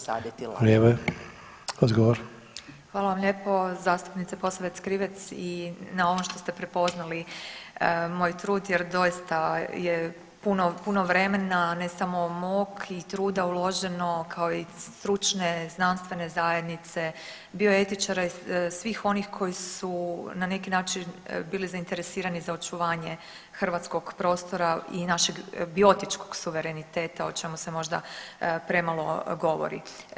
Hvala vam lijepo zastupnice Posavec-Krivec na ovom što ste prepoznali moj trud jer doista je puno vremena ne samo mog i truda uloženo kao i stručne, znanstvene zajednice bio etičara i svih onih koji su na neki način bili zainteresirani za očuvanje hrvatskog prostora i našeg biotičkog suvereniteta o čemu se možda premalo govori.